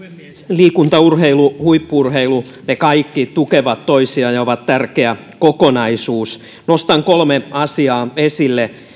liikunta urheilu huippu urheilu kaikki tukevat toisiaan ja ovat tärkeä kokonaisuus nostan kolme asiaa esille